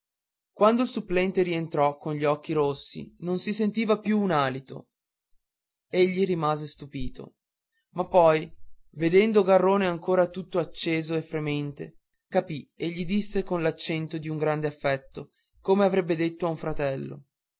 il supplente rientrò con gli occhi rossi non si sentiva più un alito egli rimase stupito ma poi vedendo garrone ancora tutto acceso e fremente capì e gli disse con l'accento d'un grande affetto come avrebbe detto a un fratello